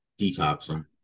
detoxing